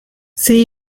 see